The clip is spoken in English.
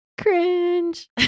cringe